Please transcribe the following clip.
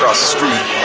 ah street.